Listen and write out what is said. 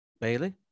Bailey